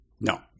No